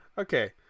okay